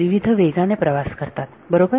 विविध वेगाने प्रवास करतात बरोबर